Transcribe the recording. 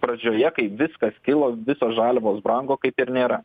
pradžioje kai viskas kilo visos žaliavos brango kaip ir nėra